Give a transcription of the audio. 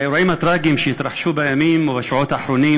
האירועים הטרגיים שהתרחשו בימים ובשעות האחרונים